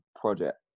Project